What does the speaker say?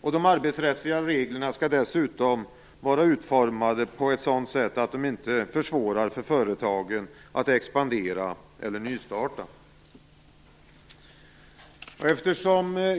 De arbetsrättsliga reglerna skall dessutom vara utformade på ett sådant sätt att de inte försvårar för företagen att expandera eller nystarta.